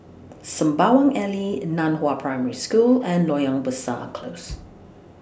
Sembawang Alley NAN Hua Primary School and Loyang Besar Close